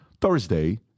Thursday